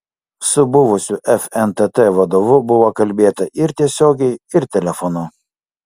su buvusiu fntt vadovu buvo kalbėta ir tiesiogiai ir telefonu